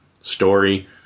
story